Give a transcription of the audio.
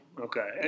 Okay